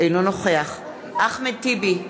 אינו נוכח אחמד טיבי,